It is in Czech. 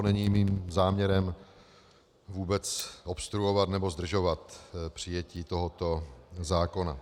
Není mým záměrem vůbec obstruovat nebo zdržovat přijetí tohoto zákona.